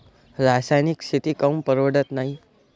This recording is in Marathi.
रासायनिक शेती काऊन परवडत नाई?